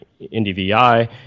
NDVI